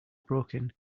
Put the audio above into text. broken